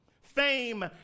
fame